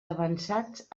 avançats